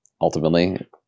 ultimately